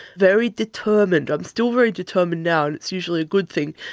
very determined. i'm still very determined now and it's usually a good thing.